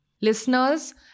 Listeners